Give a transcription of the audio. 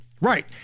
Right